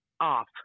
off